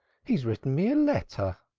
he has written me a letter,